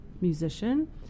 musician